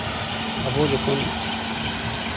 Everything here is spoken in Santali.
ᱟᱵᱚ ᱡᱚᱠᱷᱚᱱ